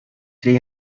three